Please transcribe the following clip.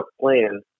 plan